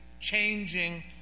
changing